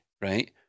right